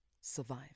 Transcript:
survive